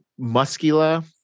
Muscula